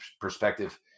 perspective